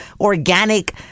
organic